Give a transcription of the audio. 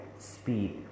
speed